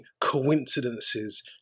Coincidences